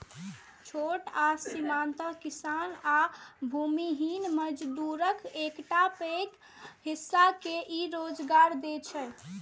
छोट आ सीमांत किसान आ भूमिहीन मजदूरक एकटा पैघ हिस्सा के ई रोजगार दै छै